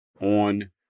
on